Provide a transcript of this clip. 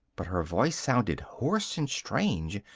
but her voice sounded hoarse and strange,